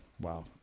Wow